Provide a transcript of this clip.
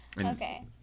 Okay